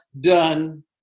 done